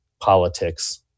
politics